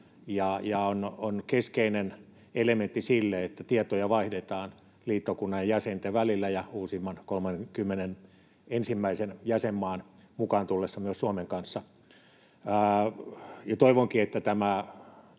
ja on keskeinen elementti sille, että tietoja vaihdetaan liittokunnan jäsenten välillä ja uusimman, 31. jäsenmaan mukaan tullessa myös Suomen kanssa. Toivonkin, että tämä